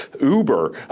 Uber